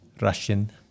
Russian